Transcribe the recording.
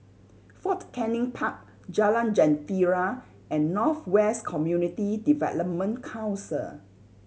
Fort Canning Park Jalan Jentera and North West Community Development Council